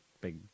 big